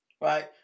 Right